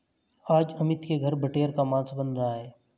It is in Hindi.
आज अमित के घर बटेर का मांस बन रहा है